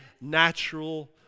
natural